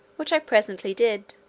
which i presently did,